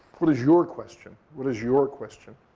what is your question? what is your question?